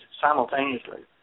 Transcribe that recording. simultaneously